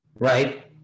right